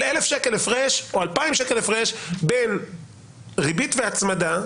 1,000 או 2,000 שקלים הפרש בין ריבית והצמדה,